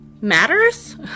matters